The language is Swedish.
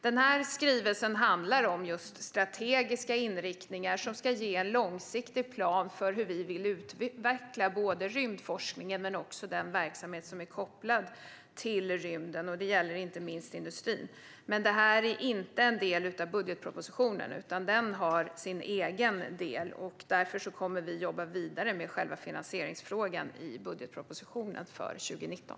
Den här skrivelsen handlar om strategiska inriktningar som ska ge en långsiktig plan för utvecklingen av både rymdforskningen och den verksamhet som är kopplad till rymden, inte minst industrin. Men den är inte en del av budgetpropositionen. Vi kommer att jobba vidare med själva finansieringsfrågan i budgetpropositionen för 2019.